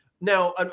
Now